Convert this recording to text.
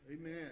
Amen